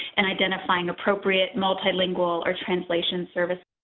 and identifying appropriate multilingual or translation services.